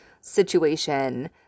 situation